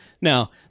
Now